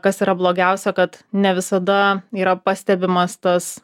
kas yra blogiausia kad ne visada yra pastebimas tas